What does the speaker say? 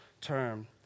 term